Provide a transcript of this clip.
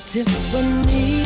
Tiffany